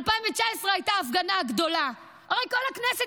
ב- 2019הייתה ההפגנה הגדולה, הרי כל הכנסת